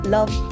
Love